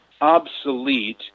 obsolete